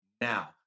now